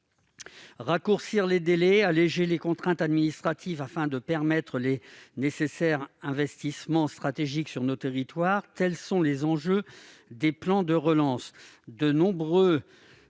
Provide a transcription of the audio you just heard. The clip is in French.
Raccourcir les délais, alléger les contraintes administratives pour permettre les nécessaires investissements stratégiques sur nos territoires : tels sont les enjeux des plans de relance.